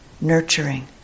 nurturing